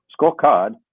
scorecard